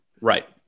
right